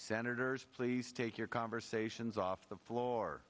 senators please take your conversations off the floor